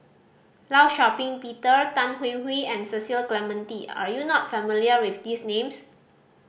Law Shau Ping Peter Tan Hwee Hwee and Cecil Clementi are you not familiar with these names